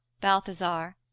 Balthazar